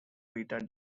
beta